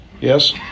Yes